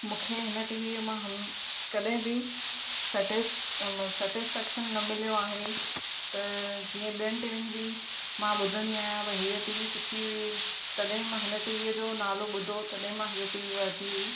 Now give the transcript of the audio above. मूंखे हिन टीवीअ मां कॾहिं बि सेटिस सेटिस्फेक्शन न मिलियो आहे त जीअं ॿियनि टीवीयुनि जी मां ॿुधंदी आहियां भई इहे टीवी सुठी हुई तॾहिं मां हिन टीवीअ जो नालो ॿुधो तॾहिं मां हीअ टीवी वरिती हुई